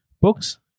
books